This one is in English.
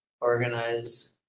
organize